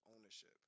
ownership